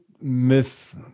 myth